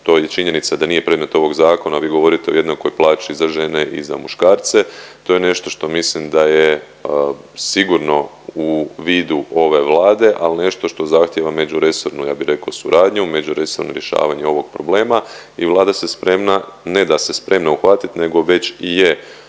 to je činjenica da nije predmet ovog zakona, vi govorite o jednakoj plaći za žene i za muškarce to je nešto što mislim da je sigurno u vidu ove Vlade, al nešto što zahtjeva međuresornu ja bi reko suradnju, međuresorno rješavanje ovog problema i vlada se spremna ne da se spremna uhvatit nego već i je